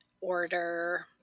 order